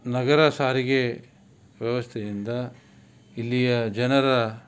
ನಗರ ಸಾರಿಗೆ ವ್ಯವಸ್ಥೆಯಿಂದ ಇಲ್ಲಿಯ ಜನರ